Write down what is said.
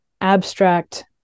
abstract